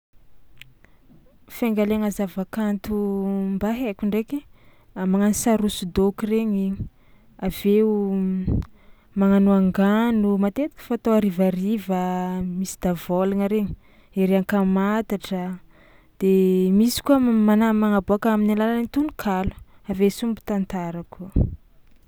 Fiangaliagna zavakanto mba haiko ndraiky: a magnano sary hosodôko regny, avy eo magnano angano matetika fatao harivariva misy davôlagna regny, ery ankamantatra de misy koa mana- magnaboàka amin'ny alalan'ny tononkalo, avy eo sombintantara koa.